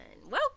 Welcome